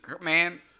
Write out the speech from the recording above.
Man